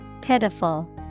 Pitiful